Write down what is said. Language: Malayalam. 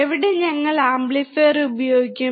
എവിടെ ഞങ്ങൾ ആംപ്ലിഫയർ ഉപയോഗിക്കും